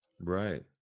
Right